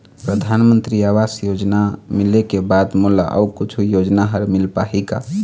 परधानमंतरी आवास योजना मिले के बाद मोला अऊ कुछू योजना हर मिल पाही का?